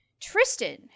Tristan